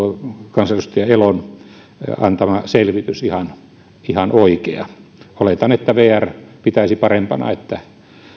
kansanedustaja elon antama selvitys ihan ihan oikea oletan että vr pitäisi parempana että